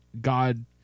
God